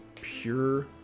pure